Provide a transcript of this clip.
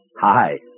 Hi